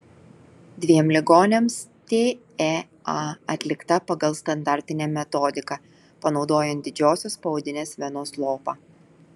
dviem ligoniams tea atlikta pagal standartinę metodiką panaudojant didžiosios poodinės venos lopą